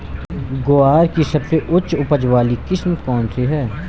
ग्वार की सबसे उच्च उपज वाली किस्म कौनसी है?